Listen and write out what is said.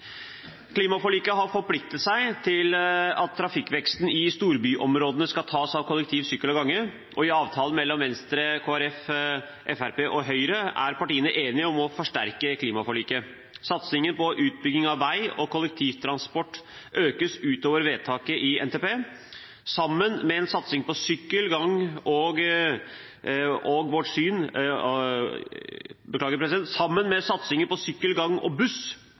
klimaforliket forpliktet seg til at trafikkveksten i storbyområdene skal tas av kollektiv, sykkel og gange, og i avtalen mellom Venstre, Kristelig Folkeparti, Fremskrittspartiet og Høyre er partiene enige om å forsterke klimaforliket. Satsingen på utbygging av vei og kollektivtransport økes utover vedtaket i NTP. Sammen med en satsing på sykkel, gange og buss- og baneløsninger internt i byområdene er det etter vårt syn